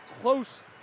close